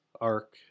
arc